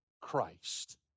Christ